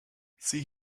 siehe